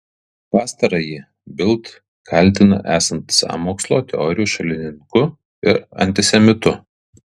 pastarąjį bild kaltina esant sąmokslo teorijų šalininku ir antisemitu